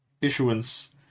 issuance